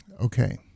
Okay